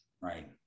Right